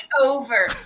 over